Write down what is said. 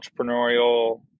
entrepreneurial